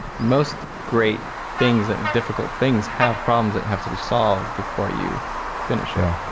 most great things and difficult things have problems that have to be solved before you finish yeah